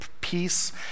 peace